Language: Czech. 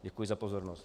Děkuji za pozornost.